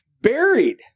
buried